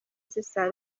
zisa